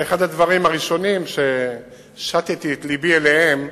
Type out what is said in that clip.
זה אחד הדברים הראשונים ששתי את לבי אליהם,